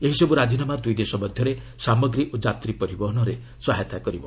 ଏହିସବୁ ରାଜିନାମା ଦୁଇ ଦେଶ ମଧ୍ୟରେ ସାମଗ୍ରୀ ଓ ଯାତ୍ରୀ ପରିବହନରେ ସହାୟତା କରିବ